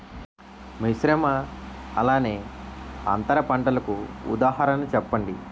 మిశ్రమ అలానే అంతర పంటలకు ఉదాహరణ చెప్పండి?